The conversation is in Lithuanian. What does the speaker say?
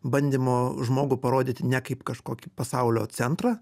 bandymo žmogų parodyti ne kaip kažkokį pasaulio centrą